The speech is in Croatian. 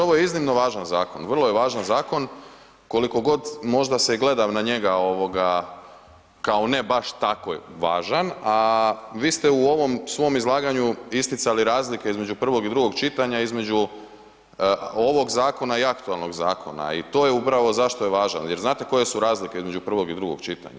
Ovo je iznimno važan zakon, vrlo je važan zakon kolikogod možda se i gleda na njega kao ne baš tako važan, a vi ste u ovom svom izlaganju isticali razlike između prvog i drugog čitanja, između ovog zakona i aktualnog zakona i to je upravo zašto je važan jer znate koje su razlike između prvog i drugog čitanja?